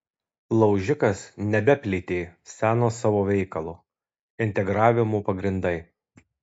laužikas nebeplėtė seno savo veikalo integravimo pagrindai